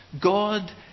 God